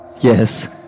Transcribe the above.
Yes